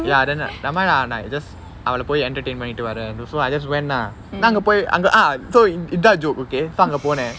ya then nevermind lah நா:naa just அவள போய்:avala poi entertainment பன்னிட்டு வரேன்:pannittu varen so I just went ah நா அங்க போய் அங்க:naa anga poi anga ah so இதான்:ithaan joke okay so அங்க போனேன்:anga ponen